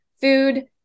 food